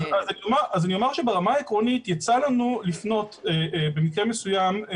אז אני אומר שברמה העקרונית יצא לנו לפנות במקרה מסוים.